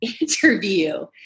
interview